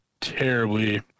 terribly